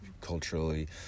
culturally